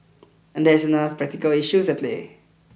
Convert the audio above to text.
and there is another practical issue at play